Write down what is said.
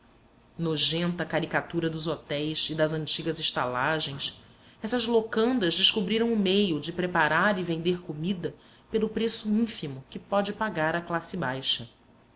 nojenta caricatura dos hotéis e das antigas estalagens essas locandas descobriram o meio de preparar e vender comida pelo preço ínfimo que pode pagar a classe baixa